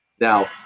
now